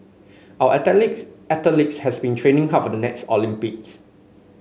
our athlete athletes have been training hard for the next Olympics